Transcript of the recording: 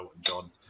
John